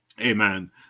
Amen